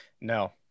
No